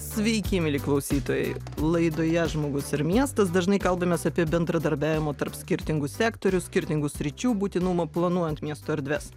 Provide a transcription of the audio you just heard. sveiki mieli klausytojai laidoje žmogus ir miestas dažnai kalbamės apie bendradarbiavimo tarp skirtingų sektorių skirtingų sričių būtinumą planuojant miesto erdves